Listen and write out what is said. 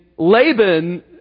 Laban